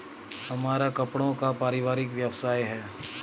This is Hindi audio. हमारा कपड़ों का पारिवारिक व्यवसाय है